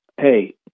hey